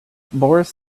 boris